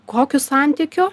kokiu santykiu